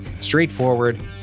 straightforward